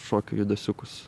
šokių judesiukus